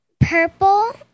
purple